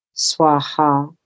Swaha